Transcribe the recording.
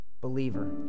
believer